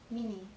minnie